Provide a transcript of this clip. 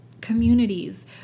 communities